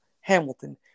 Hamilton